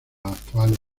actuales